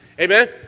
Amen